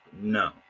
No